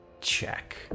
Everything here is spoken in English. check